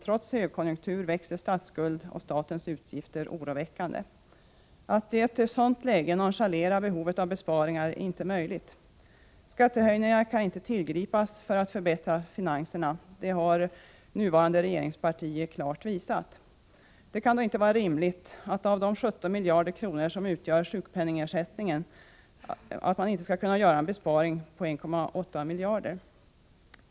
Trots högkonjunktur växer statsskulden och statens utgifter oroväckande. Att i ett sådant läge nonchalera behovet av besparingar är inte rimligt. Skattehöjningar kan inte tillgripas för att förbättra finanserna. Det har nuvarande regeringsparti klart visat. Det kan då inte vara omöjligt att beträffande de 17 miljarder kronor som utgör sjukpenningersättningen göra en besparing på 1,8 miljarder.